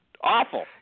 awful